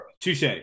Touche